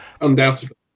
Undoubtedly